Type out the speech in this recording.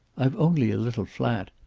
i've only a little flat.